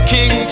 King